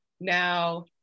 Now